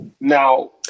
Now